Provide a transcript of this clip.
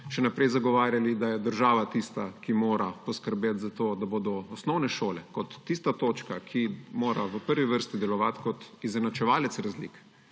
še naprej zagovarjali, da je država tista, ki mora poskrbeti za to, da bodo osnovne šole kot tista točka, ki mora v prvi vrsti delovati kot izenačevalec razlik,